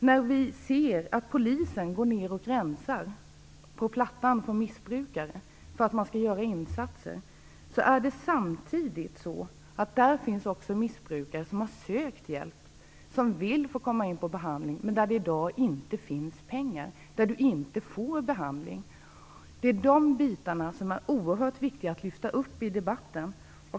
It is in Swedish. Men vi kan se att polisen rensar Plattan från missbrukare för att visa att man gör insatser. Där finns också missbrukare som har sökt hjälp och som vill komma in på behandling, men i dag finns det inga pengar. De får ingen behandling. Det är detta som det är oerhört viktigt att lyfta fram i debatten.